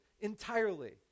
entirely